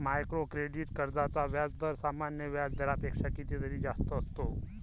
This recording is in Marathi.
मायक्रो क्रेडिट कर्जांचा व्याजदर सामान्य व्याज दरापेक्षा कितीतरी जास्त असतो